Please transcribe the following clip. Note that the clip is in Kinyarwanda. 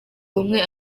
umwe